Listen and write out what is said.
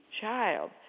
child